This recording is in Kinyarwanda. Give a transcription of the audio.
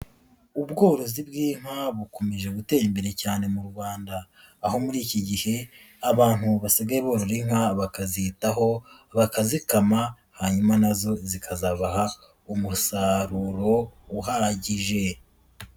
Ubworozi bw'inka bukomeje gutera imbere cyane mu Rwanda aho, muri iki gihe abantu basigaye borora inka bakazitaho, bakazikama hanyuma na zo zikazabaha umusaruro uhagije.